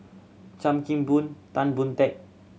Chan Kim Boon Tan Boon Teik